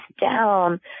down